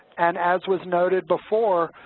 and as was noted before,